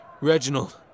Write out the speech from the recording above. Reginald